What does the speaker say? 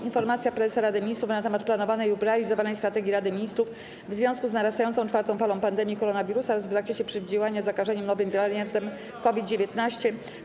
Informacja Prezesa Rady Ministrów na temat planowanej lub realizowanej strategii Rady Ministrów w związku z narastającą czwartą falą pandemii koronawirusa oraz w zakresie przeciwdziałania zakażeniom nowym wariantem COVID-19;